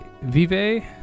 vive